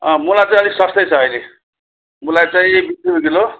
अँ मुला चाहिँ अलिक सस्तै छ अहिले मुला चाहिँ बिस रुपियाँ किलो